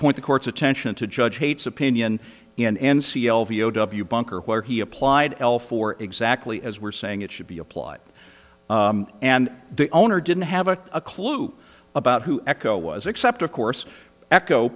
point the court's attention to judge hates opinion and c l v o w bunker where he applied l for exactly as we're saying it should be applied and the owner didn't have a clue about who echo was except of course echo